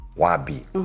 wabi